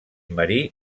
marí